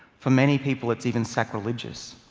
for many people, it's even sacrilegious.